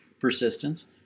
persistence